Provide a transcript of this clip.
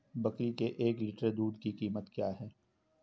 बकरी के एक लीटर दूध की कीमत क्या है?